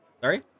Sorry